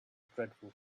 dreadful